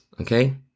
okay